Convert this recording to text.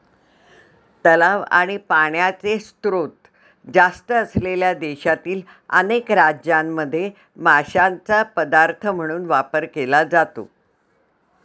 तलाव आणि पाण्याचे स्त्रोत जास्त असलेल्या देशातील अनेक राज्यांमध्ये माशांचा पदार्थ म्हणून वापर केला जातो